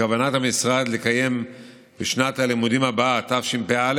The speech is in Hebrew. בכוונת המשרד לקיים בשנת הלימודים הבאה, תשפ"א,